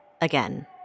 again